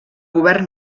govern